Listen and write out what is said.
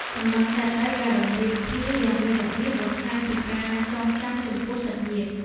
សំណង់ចេតិយដែលតម្រៀបគ្នាយ៉ាងមានរបៀប បង្ហាញពីការចងចាំចំពោះសាច់ញាតិ។